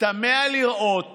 תמה לראות